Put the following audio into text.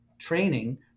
training